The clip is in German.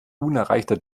unerreichter